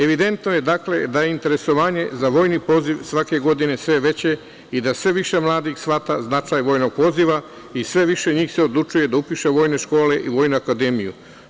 Evidentno je, dakle, da je interesovanje za vojni poziv svake godine sve veće i da sve više mladih shvata značaj vojnog poziva i sve više njih se odlučuje da upiše vojne škole i Vojnu akademiju.